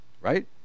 right